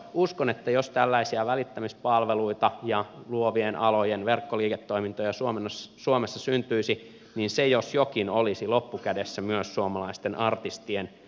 uskon että jos tällaisia välittämispalveluita ja luovien alojen verkkoliiketoimintoja suomessa syntyisi niin se jos jokin olisi loppukädessä myös suomalaisten artistien etu